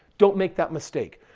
don't make that mistake.